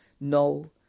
No